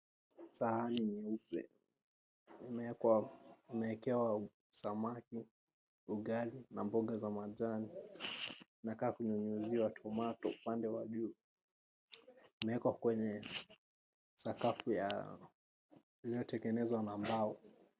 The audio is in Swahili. Sahani nyeupe imeekewa samaki, ugali na mboga za majani. inakaa kunyunyuziwa tomato upande wa juu, umeekwa kwenye sakafu iliyotengenezwa na mbao.